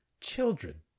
children